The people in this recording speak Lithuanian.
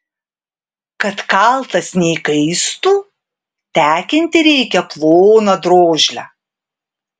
kad kaltas neįkaistų tekinti reikia ploną drožlę